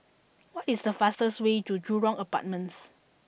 what is the fastest way to Jurong Apartments